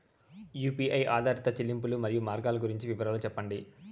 UPI ఆధారిత చెల్లింపులు, మరియు మార్గాలు గురించి వివరాలు సెప్పండి?